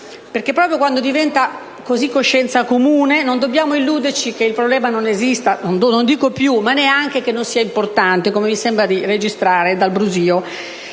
perché quando diventa coscienza comune non dobbiamo illuderci che il problema, non dico non esista più, ma neanche che non sia importante, come mi sembra di registrare dal brusìo.